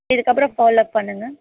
இதுக்கப்புறோம் பாலோப் பண்ணுங்க